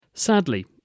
Sadly